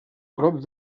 prop